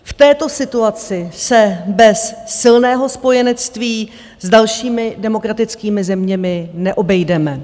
V této situaci se bez silného spojenectví s dalšími demokratickými zeměmi neobejdeme.